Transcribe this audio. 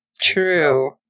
True